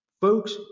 Folks